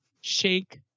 Shake